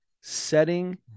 setting